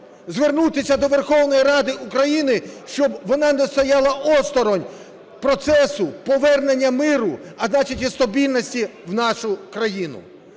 звернутися до Верховної Ради України, щоб вона не стояла осторонь процесу повернення миру, а значить і стабільності в нашу країну.